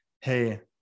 Hey